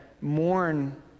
mourn